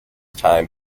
time